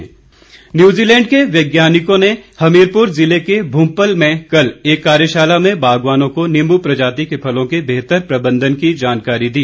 वैज्ञानिक न्यूजीलैंड के विशेषज्ञों ने हमीरपुर ज़िले के भूपल में कल एक कार्यशाला में बागवानों को नींबू प्रजाति के फलों के बेहतर प्रबंधन की जानकारी दी